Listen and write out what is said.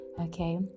okay